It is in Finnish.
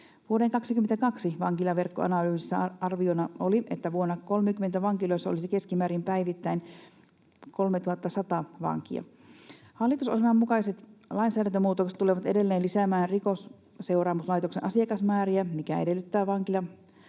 Vuoden 22 vankilaverkkoanalyysissa arviona oli, että vuonna 30 vankiloissa olisi keskimäärin päivittäin 3 100 vankia. Hallitusohjelman mukaiset lainsäädäntömuutokset tulevat edelleen lisäämään Rikosseuraamuslaitoksen asiakasmääriä, mikä edellyttää vankipaikkojen